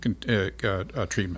treatment